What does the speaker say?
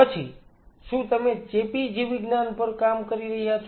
પછી શું તમે ચેપી જીવવિજ્ઞાન પર કામ કરી રહ્યા છો